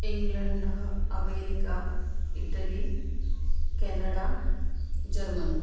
England America Italy Canada Germany